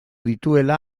dituela